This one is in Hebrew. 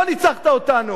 לא ניצחת אותנו.